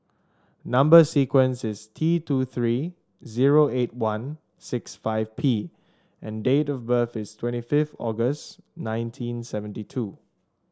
number sequence is T two three zero eight one six five P and date of birth is twenty fifth August nineteen seventy two